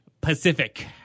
pacific